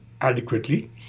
adequately